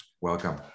Welcome